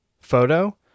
photo